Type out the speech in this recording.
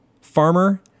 farmer